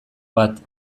bat